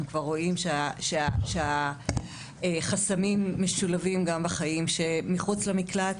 אנחנו כבר רואים שהחסמים משולבים גם בחיים שמחוץ למקלט.